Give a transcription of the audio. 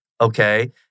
Okay